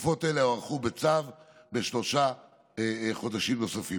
תקופות אלה הוארכו בצו בשלושה חודשים נוספים.